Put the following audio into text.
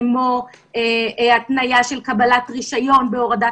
כמו התניה של קבלת רישיון נהיגה בהורדת